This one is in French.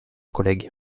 collègue